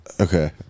okay